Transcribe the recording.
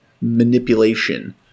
manipulation